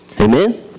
Amen